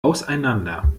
auseinander